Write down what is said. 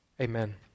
amen